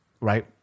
Right